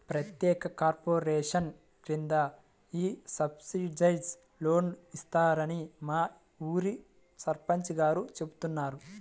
ప్రత్యేక కార్పొరేషన్ కింద ఈ సబ్సిడైజ్డ్ లోన్లు ఇస్తారని మా ఊరి సర్పంచ్ గారు చెబుతున్నారు